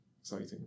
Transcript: exciting